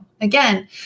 Again